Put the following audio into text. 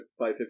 550